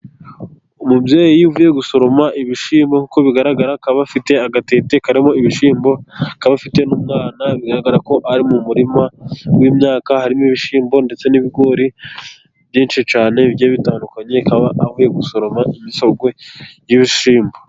Umubyeyi iyo avuye gusoroma ibishyimbo uko bigaragara akaba afite agatete karimo ibishyimbo, akabafite n'umwana bigaragara ko ari mu murima w'imyaka harimo ibishyimbo ndetse n'ibigori byinshi cyane bitandukanye akaba avuye gusoroma imisogwe y'ibishyimbo.